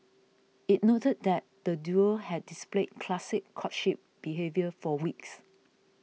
it noted that the duo had displayed classic courtship behaviour for weeks